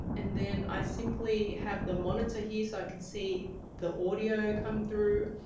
and then i simply have the monitor here so i can see the audio come through.